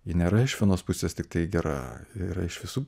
ji nėra iš vienos pusės tiktai gera yra iš visų